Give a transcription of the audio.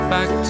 Back